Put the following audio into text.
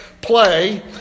play